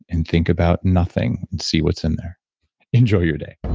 and think about nothing and see what's in there enjoy your day